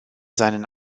seinen